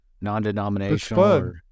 non-denominational